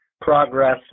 progress